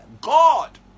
god